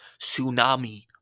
tsunami